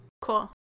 Cool